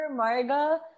Marga